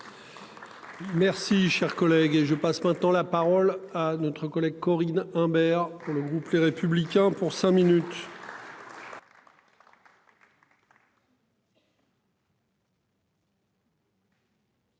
Merci cher collègue. Et je passe maintenant la parole à notre collègue Corinne Imbert pour le groupe Les Républicains pour cinq minutes.